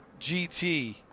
GT